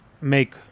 make